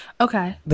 Okay